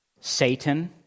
Satan